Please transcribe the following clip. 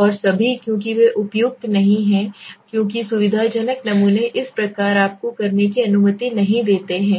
और सभी क्योंकि वे उपयुक्त नहीं हैं क्योंकि सुविधाजनक नमूने इस प्रकार आपको करने की अनुमति नहीं देते हैं